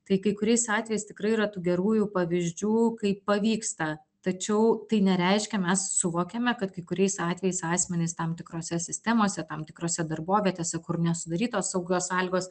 tai kai kuriais atvejais tikrai yra tų gerųjų pavyzdžių kai pavyksta tačiau tai nereiškia mes suvokiame kad kai kuriais atvejais asmenys tam tikrose sistemose tam tikrose darbovietėse kur nesudarytos saugios sąlygos